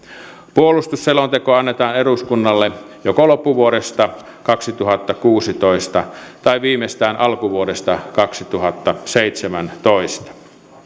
puolustusselonteko annetaan eduskunnalle joko loppuvuodesta kaksituhattakuusitoista tai viimeistään alkuvuodesta kaksituhattaseitsemäntoista